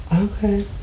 Okay